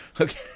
Okay